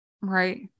Right